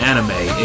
Anime